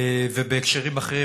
ובהקשרים אחרים,